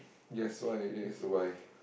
yes what is it why